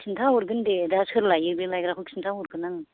खिन्थाहरगोन दे दा सोर लाइयो बे लायग्राखौ खिन्था हरगोन आङो